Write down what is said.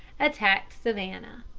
attacked savannah.